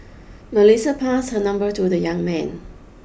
Melissa pass her number to the young man